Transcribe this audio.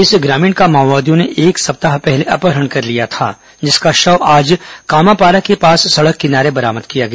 इस ग्रामीण का माओवादियों ने एक सप्ताह ै पहले अपहरण कर लिया था जिसका शव आज कामापारा के पास सड़क किनारे बरामद किया गया